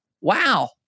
Wow